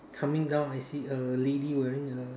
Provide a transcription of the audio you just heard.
coming down I see a lady wearing a